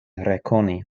rekoni